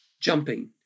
jumping